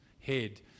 head